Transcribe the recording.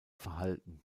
verhalten